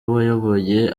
wayoboye